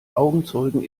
augenzeugen